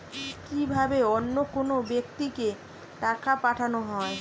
কি ভাবে অন্য কোনো ব্যাক্তিকে টাকা পাঠানো হয়?